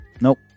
Nope